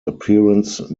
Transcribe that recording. appearance